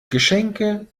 geschenke